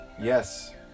Yes